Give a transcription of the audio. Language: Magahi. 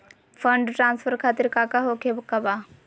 फंड ट्रांसफर खातिर काका होखे का बा?